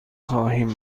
خواهیم